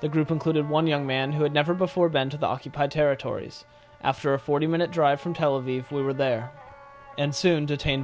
the group included one young man who had never before been to the occupied territories after a forty minute drive from tel aviv we were there and soon detained